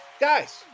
Guys